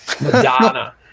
Madonna